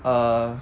err